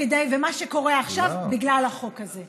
מה שקורה עכשיו בגלל החוק הזה.